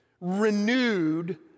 renewed